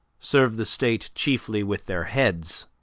serve the state chiefly with their heads